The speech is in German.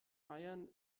eiern